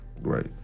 right